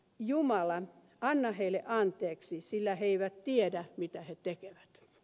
jumala anna heille anteeksi sillä he eivät tiedä mitä he tekevän